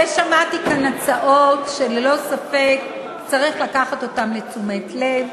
ושמעתי כאן הצעות שללא ספק צריך לקחת אותן לתשומת לב,